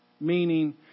Meaning